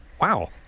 Wow